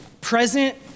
present